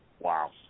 Wow